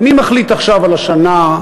מי מחליט עכשיו על השנה?